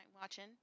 watching